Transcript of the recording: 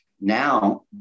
Now